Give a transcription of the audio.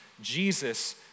Jesus